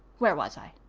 where was i?